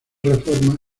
reformas